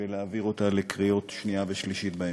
ולהעביר אותה לקריאות השנייה והשלישית בהמשך.